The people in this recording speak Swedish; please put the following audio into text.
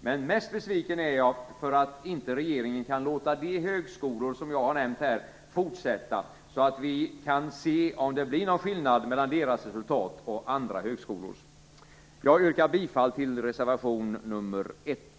Men mest besviken är jag över att regeringen inte kan låta de högskolor som jag har nämnt här få fortsätta så att vi kan se om det blir någon skillnad mellan deras resultat och andra högskolors. Jag yrkar bifall till reservation nr 1.